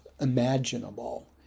imaginable